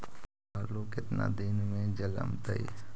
आलू केतना दिन में जलमतइ?